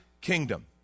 kingdom